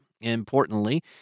Importantly